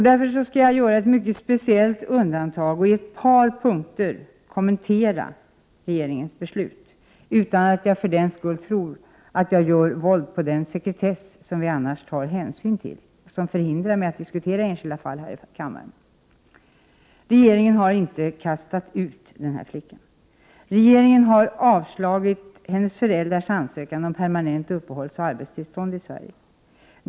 Därför skall jag göra ett mycket speciellt undantag och på ett par punkter kommentera regeringens beslut, utan att jag för den skull tror att jag gör avsteg från den sekretess som vi annars tar hänsyn till och som förhindrar mig att diskutera enskilda fall här i kammaren. Regeringen har inte ”kastat ut” den här flickan. Regeringen har avslagit hennes föräldrars ansökan om permanent uppehållsoch arbetstillstånd i Sverige.